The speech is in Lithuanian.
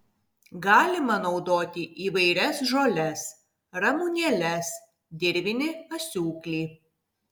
galima naudoti įvairias žoles ramunėles dirvinį asiūklį